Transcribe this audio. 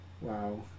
Wow